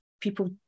people